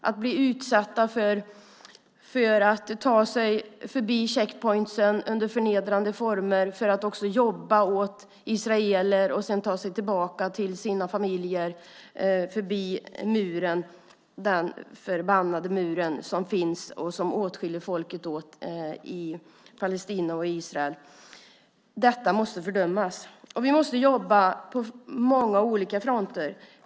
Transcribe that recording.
De blev utsatta för att ta sig förbi checkpoints under förnedrande former för att också jobba åt israeler och sedan ta sig tillbaka till sina familjer förbi muren, den förbannade mur som skiljer folket i Palestina och Israel åt. Detta måste fördömas. Vi måste jobba på många olika fronter.